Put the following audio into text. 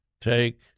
take